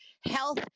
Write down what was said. health